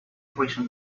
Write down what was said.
prison